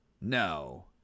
No